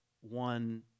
one